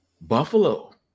Buffalo